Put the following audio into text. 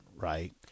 right